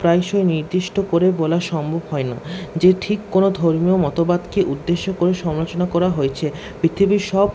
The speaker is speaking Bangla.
প্রায়শই নির্দিষ্ট করে বলা সম্ভব হয়না যে ঠিক কোন ধর্মীয় মতবাদকে উদ্দেশ্য করে সমলোচনা করা হয়েছে পৃথিবীর সব